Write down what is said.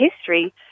history